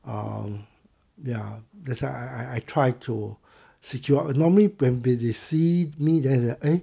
um ya that's why I I I try to secure a normally when they see me and then